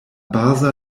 baza